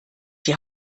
die